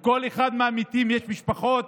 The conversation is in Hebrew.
לכל אחד מהמתים יש משפחות,